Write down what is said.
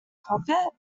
pocket